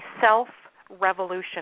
self-revolution